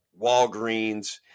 Walgreens